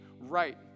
right